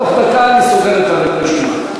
בתוך דקה אני סוגר את הרשימה.